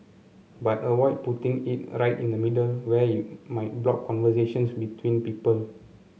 but avoid putting it right in the middle where it might block conversations between people